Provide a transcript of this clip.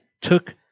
took